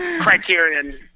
Criterion